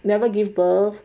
never give birth